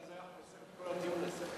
אולי זה היה חוסך את כל הדיון הזה.